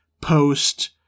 post